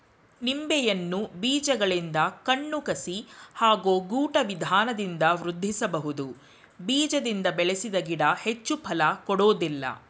ನಿಂಬೆಯನ್ನು ಬೀಜಗಳಿಂದ ಕಣ್ಣು ಕಸಿ ಹಾಗೂ ಗೂಟ ವಿಧಾನದಿಂದ ವೃದ್ಧಿಸಬಹುದು ಬೀಜದಿಂದ ಬೆಳೆಸಿದ ಗಿಡ ಹೆಚ್ಚು ಫಲ ಕೊಡೋದಿಲ್ಲ